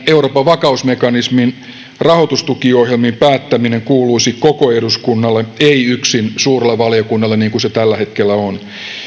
euroopan vakausmekanismin rahoitustukiohjelmista päättäminen kuuluisi koko eduskunnalle ei yksin suurelle valiokunnalle niin kuin se tällä hetkellä on